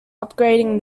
upgrading